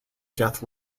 death